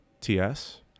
TS